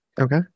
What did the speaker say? Okay